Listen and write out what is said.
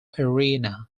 arena